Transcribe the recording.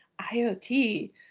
IoT